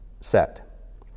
set